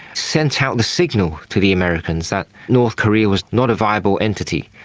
sent out the signal to the americans that north korea was not a viable entity.